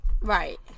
right